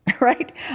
right